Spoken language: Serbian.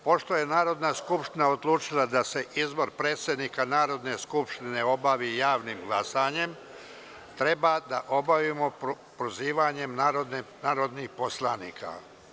Pošto je Narodna skupština odlučila da se izbor predsednika Narodne skupštine obavi javnim glasanjem, glasanje treba da obavimo prozivanjem narodnih poslanika.